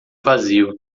vazio